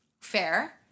Fair